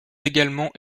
également